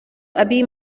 أبي